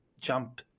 jump